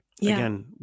again